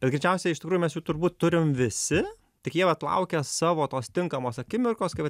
ir greičiausiai iš tikrųjų mes jų turbūt turim visi tik jie vat laukia savo tos tinkamos akimirkos kai vat